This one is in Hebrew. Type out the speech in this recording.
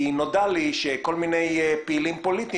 כי נודע לי שכל מיני פעילים פוליטיים